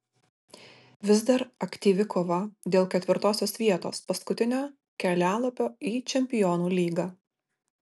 vis dar aktyvi kova dėl ketvirtosios vietos paskutinio kelialapio į čempionų lygą